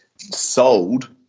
sold